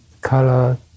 color